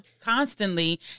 Constantly